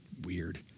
Weird